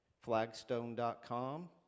flagstone.com